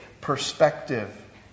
perspective